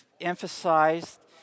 emphasized